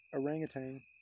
orangutan